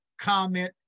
comment